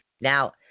Now